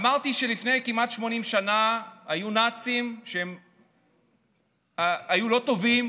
אמרתי שלפני כמעט 80 שנים היו נאצים שהיו לא טובים,